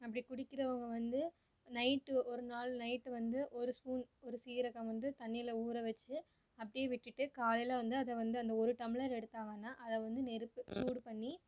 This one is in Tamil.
அப்படி குடிக்கிறவங்க வந்து நைட் ஒரு நாள் நைட் வந்து ஒரு ஸ்பூன் ஒரு சீரகம் வந்து தண்ணியில ஊர வச்சு அப்படியே விட்டுட்டு காலையில வந்து அதை வந்து அந்த ஒரு டம்ளர் எடுத்தாங்கனா அதை வந்து நெருப்பு சூடு பண்ணி